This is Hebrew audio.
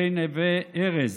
בנוסף לכל מה שאנחנו רואים,